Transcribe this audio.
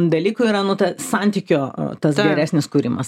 dalykų yra nu ta santykio tas geresnis kūrimas